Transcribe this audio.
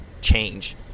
change